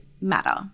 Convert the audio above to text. matter